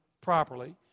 properly